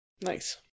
nice